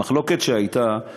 המחלוקת שהייתה היא